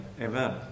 amen